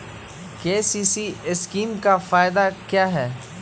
KCC scheme का फायदा क्या है?